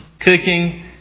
cooking